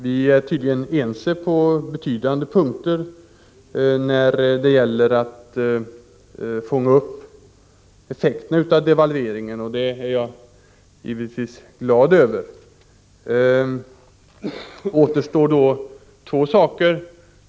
Vi är tydligen ense i betydande utsträckning när det gäller att fånga upp effekterna av devalveringen, och det är jag givetvis glad över. Det återstår då två frågor.